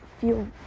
feel